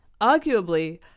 Arguably